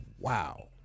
wow